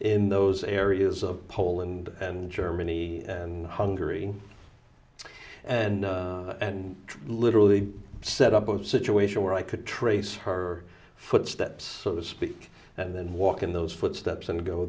in those areas of poland and germany and hungary and and literally set up a situation where i could trace her footsteps so to speak and then walk in those footsteps and go